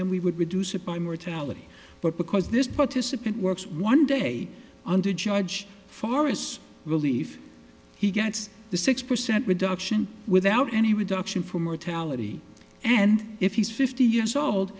then we would reduce it by mortality but because this participant works one day under judge far as relief he gets the six percent reduction without any reduction for mortality and if he's fifty years old